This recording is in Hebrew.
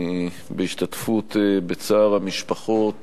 בהשתתפות בצער המשפחות